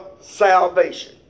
salvation